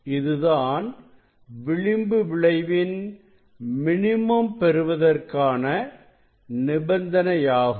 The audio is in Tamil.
இதுதான் விளிம்பு விளைவின் மினிமம் பெறுவதற்கான நிபந்தனையாகும்